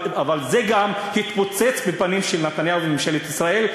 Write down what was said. אבל גם זה התפוצץ בפנים של נתניהו וממשלת ישראל,